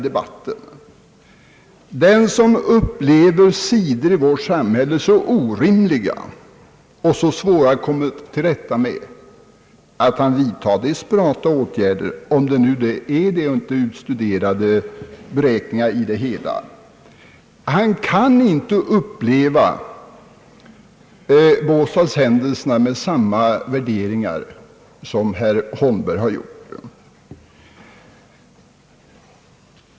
Den som upplever vissa sidor i samhället som så orimliga och svåra att komma till rätta med, att han tillgriper desperata åtgärder — om det nu är sådana det är fråga om och inte utstuderade beräkningar — kan inte anlägga samma värderingar på händelserna i Båstad som herr Holmberg har gjort.